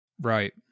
right